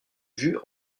vue